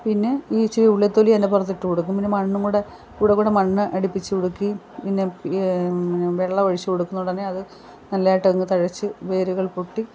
പിന്നെ ഇനി ഇച്ചിരി ഉള്ളിത്തൊലി അതിൻ്റെ പുറത്തിട്ട് കൊടുക്കും പിന്നെ മണ്ണും കൂടെ കൂടെ കൂടെ മണ്ണ് അടുപ്പിച്ച് കൊടുക്കേം പിന്നെ വെള്ളം ഒഴിച്ച് കൊടുക്കുന്ന ഉടനെ അത് നാല്ലതായിട്ടങ്ങ് തഴച്ച് വേരുകൾ പൊട്ടി വിത്തുകൾ